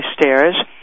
stairs